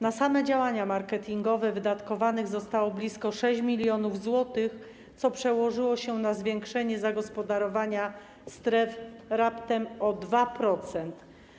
Na same działania marketingowe wydatkowanych zostało blisko 6 mln zł, co przełożyło się na zwiększenie zagospodarowania stref raptem o 2%.